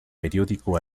periódico